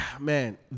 Man